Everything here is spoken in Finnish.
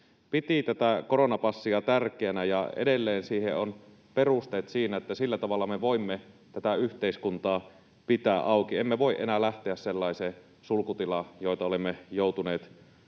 piti tätä koronapassia tärkeänä, ja edelleen siihen on perusteet siinä, että sillä tavalla me voimme tätä yhteiskuntaa pitää auki. Emme voi enää lähteä sellaiseen sulkutilaan, joita olemme joutuneet kokemaan.